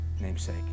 namesake